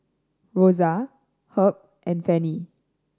Rosa Herb and Fannie